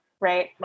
right